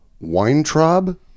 Weintraub